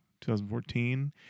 2014